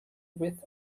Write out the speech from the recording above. width